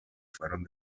fueron